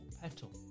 petal